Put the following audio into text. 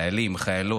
חיילים וחיילות,